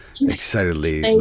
excitedly